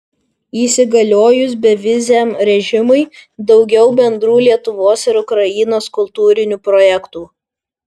įsigaliojus beviziam režimui daugiau bendrų lietuvos ir ukrainos kultūrinių projektų